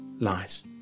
Lies